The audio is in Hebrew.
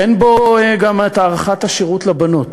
אין בו גם הארכת שירות לבנות,